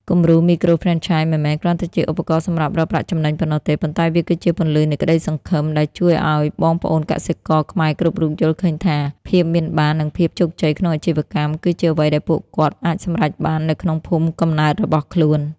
គំរូមីក្រូហ្វ្រេនឆាយមិនមែនគ្រាន់តែជាឧបករណ៍សម្រាប់រកប្រាក់ចំណេញប៉ុណ្ណោះទេ ប៉ុន្តែវាគឺជា "ពន្លឺនៃក្តីសង្ឃឹម" ដែលជួយឱ្យបងប្អូនកសិករខ្មែរគ្រប់រូបយល់ឃើញថា ភាពមានបាន និងភាពជោគជ័យក្នុងអាជីវកម្ម គឺជាអ្វីដែលពួកគាត់អាចសម្រេចបាននៅក្នុងភូមិកំណើតរបស់ខ្លួន។